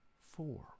four